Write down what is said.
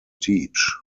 teach